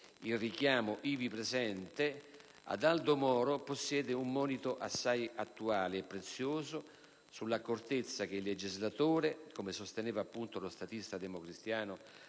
il richiamo ivi presente ad Aldo Moro possiede un monito assai attuale e prezioso sull'accortezza che il legislatore, come sosteneva appunto lo statista democristiano